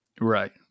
Right